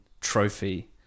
Trophy